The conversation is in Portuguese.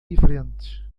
diferentes